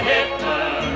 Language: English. Hitler